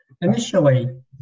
initially